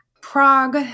Prague